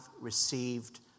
received